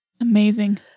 Amazing